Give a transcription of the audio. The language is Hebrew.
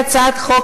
הצעת חוק